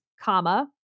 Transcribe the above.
comma